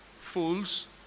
fools